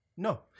No